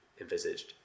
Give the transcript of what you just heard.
envisaged